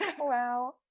Wow